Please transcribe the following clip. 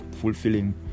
fulfilling